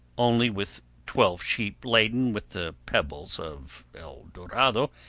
only with twelve sheep laden with the pebbles of el dorado,